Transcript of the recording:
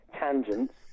tangents